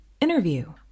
interview